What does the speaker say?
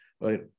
right